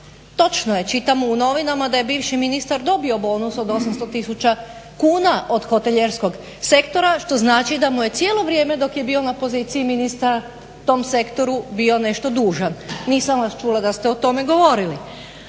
Točno je, čitamo u novinama da je bivši ministar dobio bonus od 800 000 kuna od hotelijerskog sektora, što znači da mu je cijelo vrijeme dok je bio na poziciji ministra tom sektoru bio nešto dužan. Nisam vas čula da ste o tome govorili.